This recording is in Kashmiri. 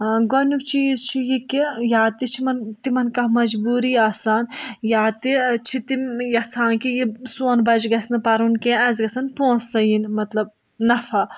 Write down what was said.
آ گۄڈنیُک چیٖز چھُ یِہِ کہِ یا تہِ چھِ یِمَن تِمَن کانٛہہ مَجبوٗری آسان یا تہِ چھِ تِم یَژھان کہِ سون بَچہِ گَژھِ نہٕ پَرُن کیٚنٛہہ اَسہِ گَژھن پۅنٛسَے یِن مَطلَب نَفح